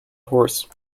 horse